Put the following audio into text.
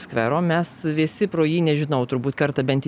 skvero mes visi pro jį nežinau turbūt kartą bent į